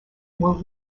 were